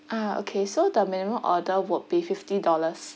ah okay so the minimum order would be fifty dollars